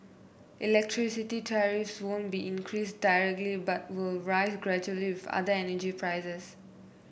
electricity tariffs won't be increased directly but will rise gradually with other energy prices